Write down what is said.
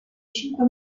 cinque